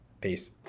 Peace